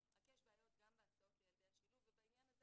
רק יש בעיות גם בהסעות לילדי השילוב ובעניין הזה